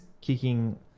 kicking